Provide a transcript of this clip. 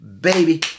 Baby